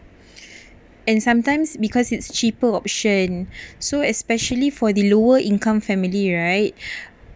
and sometimes because it's cheaper option so especially for the lower income family right